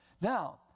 Now